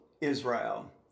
Israel